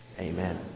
Amen